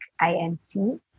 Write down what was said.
I-N-C